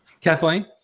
Kathleen